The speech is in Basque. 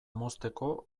mozteko